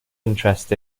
interest